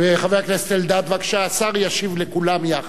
חבר הכנסת אלדד, בבקשה, השר ישיב לכולם יחד,